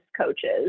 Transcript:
coaches